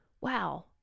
wow